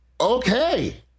okay